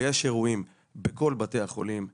ויש אירועים בכל בתי החולים בארץ,